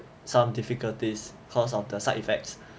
some difficulties because of the side effects